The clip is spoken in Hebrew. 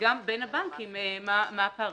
וגם בין הבנקים מה הפערים.